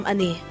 Ani